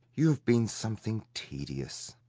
you have been something tedious.